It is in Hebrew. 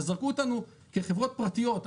אבל זרקו אותנו כחברות פרטיות,